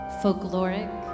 folkloric